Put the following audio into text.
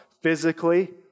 physically